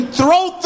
throw